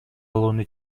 алууну